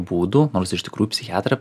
būdų nors iš tikrųjų psichiatrą